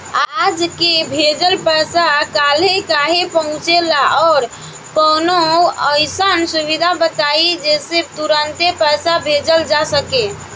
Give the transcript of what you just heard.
आज के भेजल पैसा कालहे काहे पहुचेला और कौनों अइसन सुविधा बताई जेसे तुरंते पैसा भेजल जा सके?